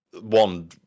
one